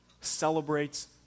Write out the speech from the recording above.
celebrates